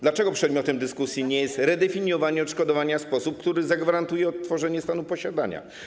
Dlaczego przedmiotem dyskusji nie jest redefiniowanie odszkodowania w sposób, który zagwarantuje odtworzenie stanu posiadania?